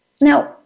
Now